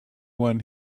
one